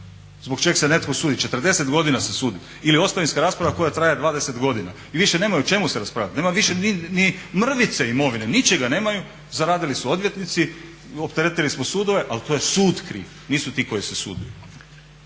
zbog čeg se netko sudi, 40 godina se sudi. Ili ostavinska rasprava koja traje 20 godina i više nemaju o čemu se raspravljat, nema više ni mrvice imovine, ničega nemaju, zaradili su odvjetnici, opteretili smo sudove, ali to je sud kriv, nisu ti koji se sude.